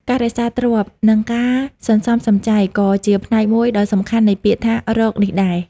ការរក្សាទ្រព្យ និងការសន្សំសំចៃ ក៏ជាផ្នែកមួយដ៏សំខាន់នៃពាក្យថា «រក» នេះដែរ។